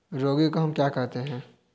रागी को हम क्या कहते हैं?